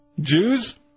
Jews